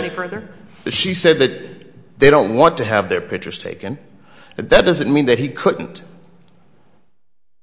any further she said that they don't want to have their pictures taken but that doesn't mean that he couldn't